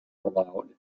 aloud